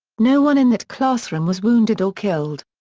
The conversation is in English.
no one in that classroom was wounded or killed.